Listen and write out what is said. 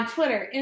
Twitter